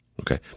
Okay